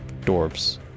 dwarves